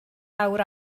awr